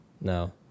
no